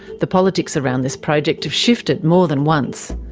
the politics around this project have shifted more than once.